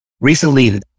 Recently